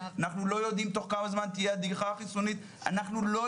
אנחנו לא יודעים תוך כמה זמן תהיה הדעיכה החיסונית.